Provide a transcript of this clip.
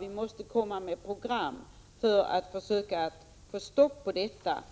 Vi måste komma med program för att försöka få ett stopp på detta.